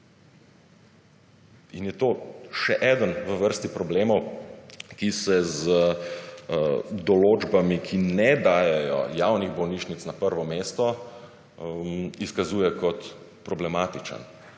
In je to še eden v vrsti problemov, ki se z določbami, ki ne dajejo javnih bolnišnic na prvo mesto, izkazuje kot problematičen